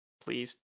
please